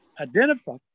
identify